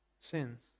sins